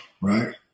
right